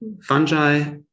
fungi